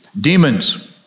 demons